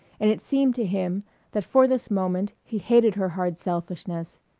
and it seemed to him that for this moment he hated her hard selfishness.